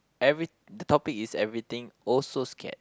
every the topic is everything also scared